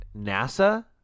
NASA